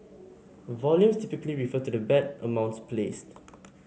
volumes typically refer to the bet amounts placed